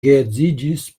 geedziĝis